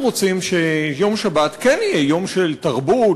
אנחנו רוצים שיום שבת כן יהיה יום של תרבות,